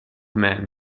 men